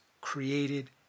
created